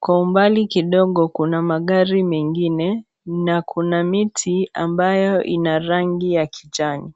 kwa umbali kidogo kuna magari mengine na kuna miti ambayo ina rangi ya kijani.